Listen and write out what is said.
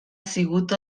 sigut